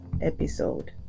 episode